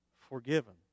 forgiven